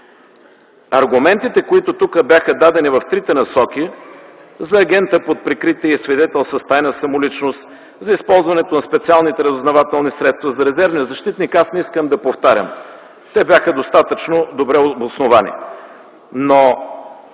Аргументите, които бяха дадени тук в трите насоки за агента под прикритие и свидетел с тайна самоличност, за използването на специалните разузнавателни средства за резервния защитник, аз не искам да повтарям. Те бяха достатъчно добре обосновани,